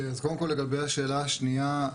קודם כל לגבי השאלה השניה,